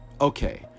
Okay